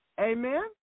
Amen